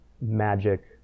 magic